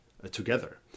together